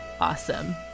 awesome